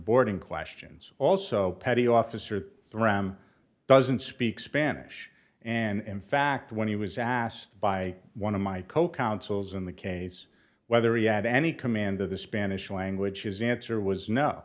boarding questions also petty officer ram doesn't speak spanish and in fact when he was asked by one of my co counsels in the case whether he had any command of the spanish language his answer was no